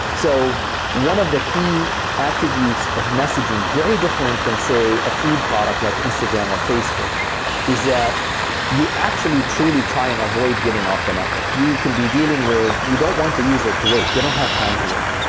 so one of the key attributes of messaging very different than say a feed product like instagram or facebook is that you actually truly try and avoid getting off the network. you can be dealing with you don't want the user to wait. they don't have time to wait.